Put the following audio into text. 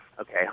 Okay